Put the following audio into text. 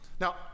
Now